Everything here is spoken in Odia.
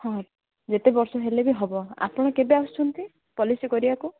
ହଁ ଯେତେ ବର୍ଷ ହେଲେ ବି ହେବ ଆପଣ କେବେ ଆସୁଛନ୍ତି ପଲିସି କରିବାକୁ